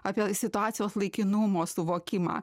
apie situacijos laikinumo suvokimą